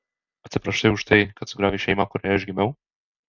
atsiprašai už tai kad sugriovei šeimą kurioje aš gimiau